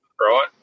right